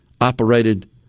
operated